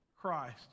Christ